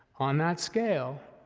on that scale,